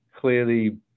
clearly